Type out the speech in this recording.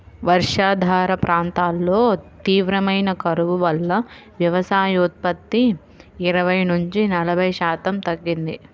వర్షాధార ప్రాంతాల్లో తీవ్రమైన కరువు వల్ల వ్యవసాయోత్పత్తి ఇరవై నుంచి నలభై శాతం తగ్గింది